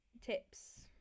tips